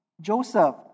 Joseph